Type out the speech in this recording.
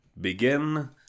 begin